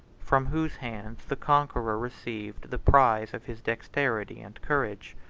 from whose hands the conqueror received the prize of his dexterity and courage.